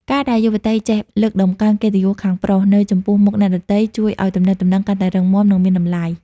ការដែលយុវតីចេះ "លើកតម្កើងកិត្តិយសខាងប្រុស" នៅចំពោះមុខអ្នកដទៃ ជួយឱ្យទំនាក់ទំនងកាន់តែរឹងមាំ និងមានតម្លៃ។